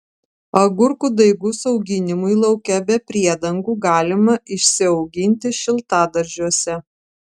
agurkų daigus auginimui lauke be priedangų galima išsiauginti šiltadaržiuose